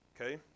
Okay